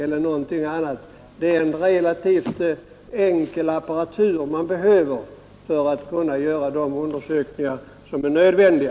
Det är en relativt enkel apparatur man behöver för att kunna göra de undersökningar som är nödvändiga.